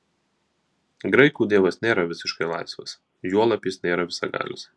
graikų dievas nėra visiškai laisvas juolab jis nėra visagalis